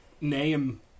name